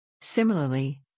Similarly